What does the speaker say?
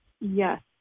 yes